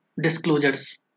Disclosures